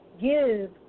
give